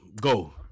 Go